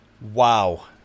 Wow